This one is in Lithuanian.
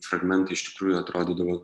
fragmentai iš tikrųjų atrodydavo